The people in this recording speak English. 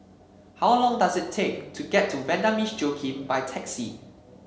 how long does it take to get to Vanda Miss Joaquim by taxi